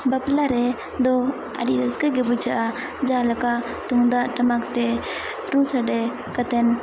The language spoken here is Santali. ᱵᱟᱯᱞᱟ ᱨᱮᱫᱚ ᱟᱹᱰᱤ ᱨᱟᱹᱥᱠᱟᱹ ᱜᱮ ᱵᱩᱡᱷᱟᱹᱜᱼᱟ ᱡᱟᱦᱟᱸ ᱞᱮᱠᱟ ᱛᱩᱢᱫᱟᱜᱼᱴᱟᱢᱟᱠ ᱛᱮ ᱨᱩ ᱥᱟᱰᱮ ᱠᱟᱛᱮᱫ